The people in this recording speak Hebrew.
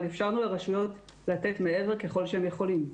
אבל אפשרנו ל רשויות לתת מעבר ככל שהן יכולות.